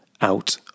out